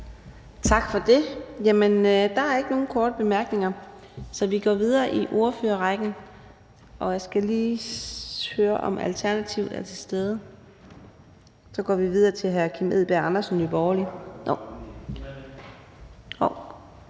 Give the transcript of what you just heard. Tak for det. Der er ikke nogen korte bemærkninger, så vi går videre i ordførerrækken. Jeg skal lige høre, om Alternativets ordfører er til stede. Nej. Så går vi videre til hr. Kim Edberg Andersen, Nye Borgerlige.